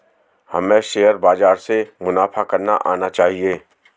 हमें शेयर बाजार से मुनाफा करना आना चाहिए